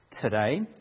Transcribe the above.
today